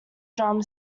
drama